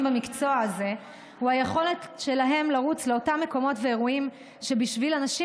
במקצוע הזה הוא היכולת שלהם לרוץ לאותם מקומות ואירועים שבשביל אנשים